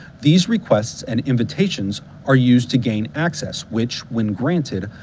these requests and invitations are used to gain access which, when granted,